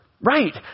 Right